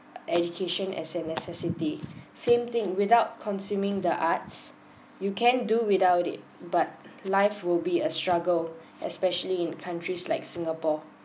education as a necessity same thing without consuming the arts you can do without it but life will be a struggle especially in countries like singapore